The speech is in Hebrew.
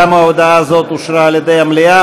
גם ההודעה הזאת אושרה על ידי המליאה.